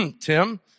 Tim